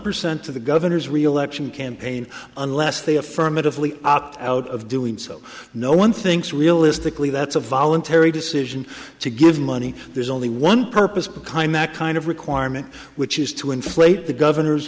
percent to the governor's reelection campaign unless they affirmatively opt out of doing so no one thinks realistically that's a voluntary decision to give money there's only one purpose behind that kind of requirement which is to inflate the governor's